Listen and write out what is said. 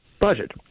budget